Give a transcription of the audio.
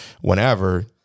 whenever